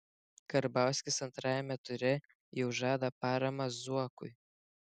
karbauskis antrajame ture jau žada paramą zuokui